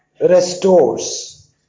restores